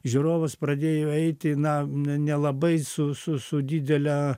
žiūrovas pradėjo eiti na n nelabai su su su didele